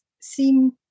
seem